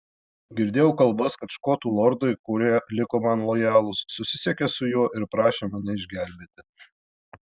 girdėjau kalbas kad škotų lordai kurie liko man lojalūs susisiekė su juo ir prašė mane išgelbėti